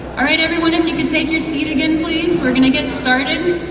alright everyone if you could take your seat again please, we're gonna get started.